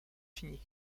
finis